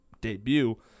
debut